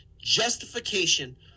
justification